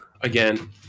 Again